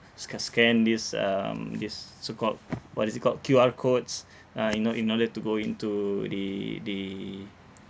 scu~ scan this um this so called what is it called Q_R codes ah you know in order to go into the the